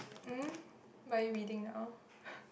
um what are you reading now